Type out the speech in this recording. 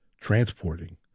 transporting